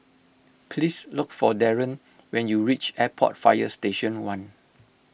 please look for Darien when you reach Airport Fire Station one